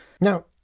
Now